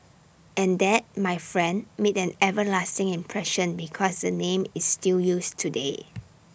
and that my friend made an everlasting impression because the name is still used today